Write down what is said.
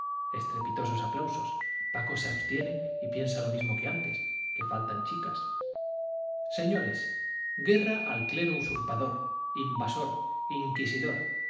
estrepitosos aplausos paco se abstiene y piensa lo mismo que antes que faltan chicas señores guerra al clero usurpador invasor inquisidor